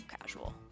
casual